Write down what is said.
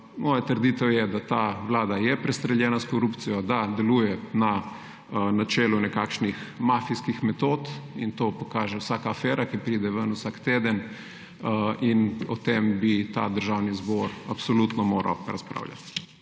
Moja trditev je, da je ta vlada prestreljena s korupcijo, da deluje na načelu nekakšnih mafijskih metod, in to pokaže vsaka afera, ki pride ven vsak teden, in o tem bi ta Državni zbor absolutno moral razpravljati.